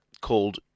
called